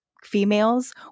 females